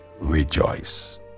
rejoice